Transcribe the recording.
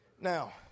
Now